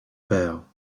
père